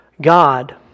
God